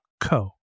co